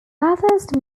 bathurst